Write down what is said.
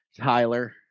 Tyler